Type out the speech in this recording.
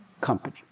company